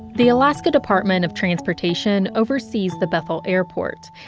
the alaska department of transportation oversees the bethel airport.